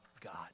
God